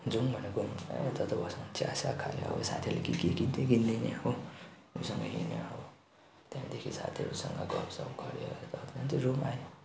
जाउँ भन्यो गयो ए उता उता बस्यो चियासिया खायो साथीहरूले के के किनिदियो किनिदियो नि अब त्यहाँदेखि साथीहरूसँग गफसफ गर्यो यताउता अन्त रुम आयो